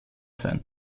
sein